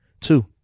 Two